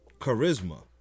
charisma